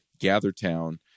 GatherTown